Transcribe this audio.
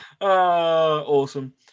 awesome